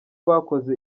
bakoze